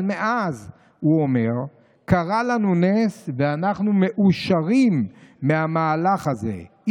אבל מאז' הוא אומר: 'קרה לנו נס ואנחנו מאושרים מהמהלך הזה,